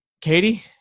katie